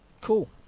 Cool